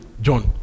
John